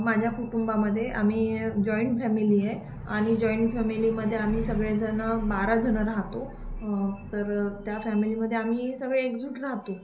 माझ्या कुटुंबामध्ये आम्ही जॉईंट फॅमिली आहे आणि जॉईंट फॅमिलीमध्ये आम्ही सगळेजण बाराजण राहतो तर त्या फॅमिलीमध्ये आम्ही सगळे एकजूट राहतो